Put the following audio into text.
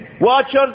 watchers